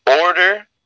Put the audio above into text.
order